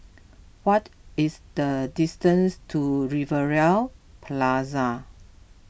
what is the distance to Rivervale Plaza